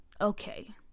Okay